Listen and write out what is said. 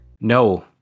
No